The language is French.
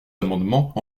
amendements